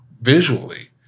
visually